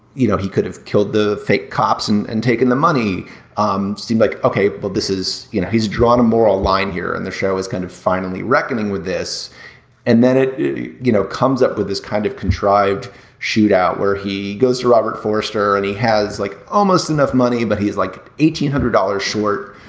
you know he could have killed the fake cops and and taken the money um seem like ok. but this is you know he's drawn a moral line here and the show is kind of finally reckoning with this and then it you know comes up with this kind of contrived shootout where he goes to robert forester and he has like almost enough money but he like eighteen hundred dollars short.